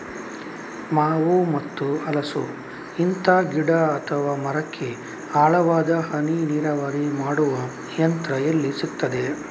ಮಾವು ಮತ್ತು ಹಲಸು, ಇಂತ ಗಿಡ ಅಥವಾ ಮರಕ್ಕೆ ಆಳವಾದ ಹನಿ ನೀರಾವರಿ ಮಾಡುವ ಯಂತ್ರ ಎಲ್ಲಿ ಸಿಕ್ತದೆ?